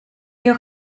jouw